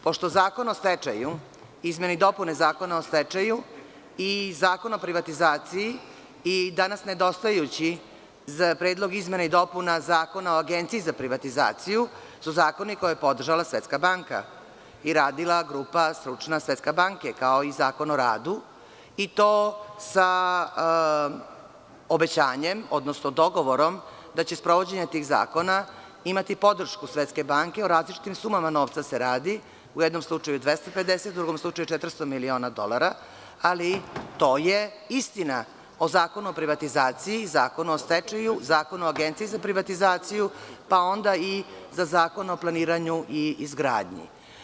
Pošto Zakon o stečaju, izmene i dopune Zakona o stečaju i Zakon o privatizaciji i danas nedostajući Predlog izmena i dopuna Zakona o Agenciji za privatizaciju su zakoni koja je podržala Svetska banka i radila grupa stručna Svetska banke kao i Zakon o radu i to sa obećanjem, odnosno dogovorom da će sprovođenje tih zakona imati podršku Svetske banke o različitim sumama novca se radi, u jednom slučaju 250, u drugom slučaju 400 miliona dolara, ali to je istina o Zakonu o privatizaciji i Zakona o stečaju, Zakona o Agenciji za privatizaciju, pa onda i za Zakon o planiranju i izgradnji.